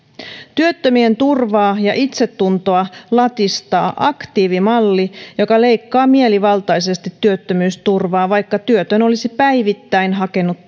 työttömien turvaa ja itsetuntoa latistaa aktiivimalli joka leikkaa mielivaltaisesti työttömyysturvaa vaikka työtön olisi päivittäin hakenut